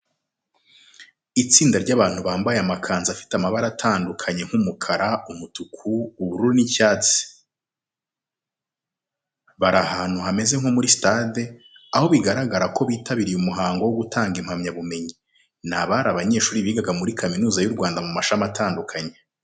Ni itsinda ry'abantu bambaye amakanzu afite amabara atandukanye nk'umukara, umutuku, ubururu n'icyatsi. Bari ahantu hameze nko muri sitade, aho bigaragara ko bitabiriye umuhango wo gutanga impamyabumenyi. Ni abari abanyeshuri bigaga muri Kaminuza y'u Rwanda mu mashami atandukanye.